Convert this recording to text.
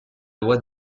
loi